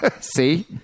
see